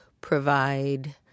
provide